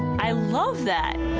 i love that.